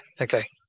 okay